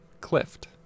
Clift